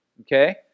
okay